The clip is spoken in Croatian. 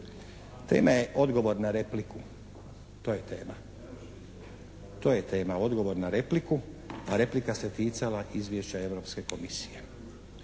Tema je odgovor na repliku, to je tema. To je tema, odgovor na repliku, a replika se ticala izvješća Europske komisije.